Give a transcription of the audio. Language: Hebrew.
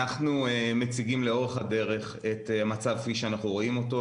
אנחנו מציגים לאורך הדרך את המצב כפי שאנחנו רואים אותו,